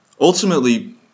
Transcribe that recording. Ultimately